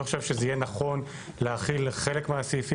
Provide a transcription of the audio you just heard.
אני לא חושב שזה יהיה נכון להחיל חלק מהסעיפים.